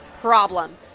problem